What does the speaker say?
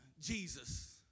Jesus